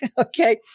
Okay